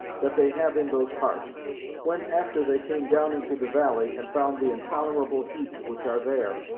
that they have in those parts when after they came down into the valley, and found the intolerable heats which are there,